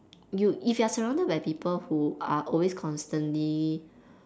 you if you are surrounded by people who are always constantly